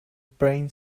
brain